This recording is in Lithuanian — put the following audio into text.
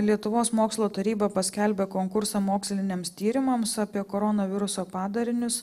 lietuvos mokslo taryba paskelbė konkursą moksliniams tyrimams apie koronaviruso padarinius